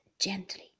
gently